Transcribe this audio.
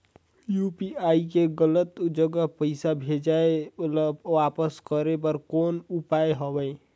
UPI ले गलत जगह पईसा भेजाय ल वापस करे बर कौन उपाय हवय?